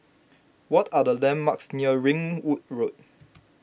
what are the landmarks near Ringwood Road